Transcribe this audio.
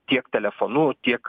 tiek telefonu tiek